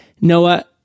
Noah